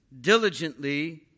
diligently